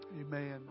Amen